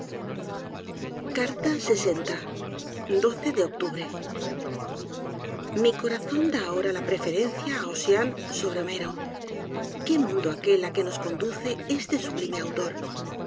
claro de octubre mi corazón da ahora la preferencia á ossian sobre homero qué mundo aquel á que nos conduce este sublime autor